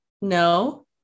No